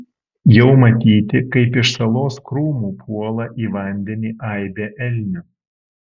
jau matyti kaip iš salos krūmų puola į vandenį aibė elnių